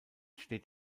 steht